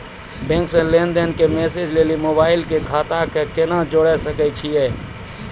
Bank से लेंन देंन के मैसेज लेली मोबाइल के खाता के केना जोड़े सकय छियै?